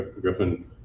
Griffin